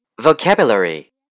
Vocabulary